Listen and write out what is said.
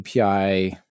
API